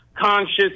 Conscious